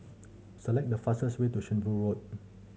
select the fastest way to Shenvood Road